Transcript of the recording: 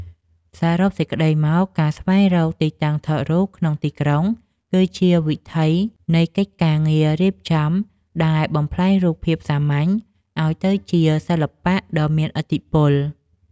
សរុបសេចក្ដីមក ការស្វែងរកទីតាំងថតរូបក្នុងទីក្រុង គឺជា វិថីនៃកិច្ចការងាររៀបចំ ដែលបំប្លែងរូបភាពសាមញ្ញឱ្យទៅជាសិល្បៈដ៏មានឥទ្ធិពល។